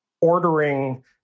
ordering